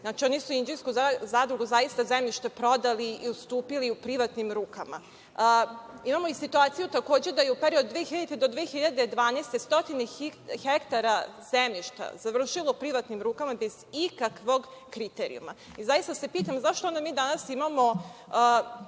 Znači, oni su Inđijsku zadrugu, zaista zemljište prodali i ustupili privatnim rukama. Imamo i situaciju takođe da je u periodu od 2000. do 2012. godine stotine hektara zemljišta završilo u privatnim rukama bez ikakvog kriterijuma. Zaista se pitam zašto onda mi danas imamo